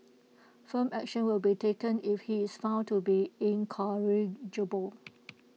firm action will be taken if he is found to be incorrigible